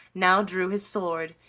now drew his sword,